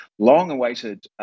long-awaited